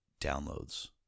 downloads